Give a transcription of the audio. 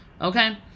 Okay